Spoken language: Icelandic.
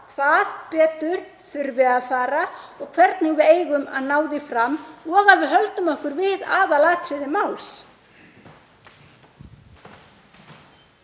hvað betur þurfi að fara og hvernig við eigum að ná því fram, og að við höldum okkur við aðalatriði máls.